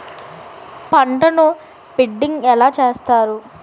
పంటను బిడ్డింగ్ ఎలా చేస్తారు?